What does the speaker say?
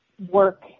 work